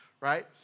right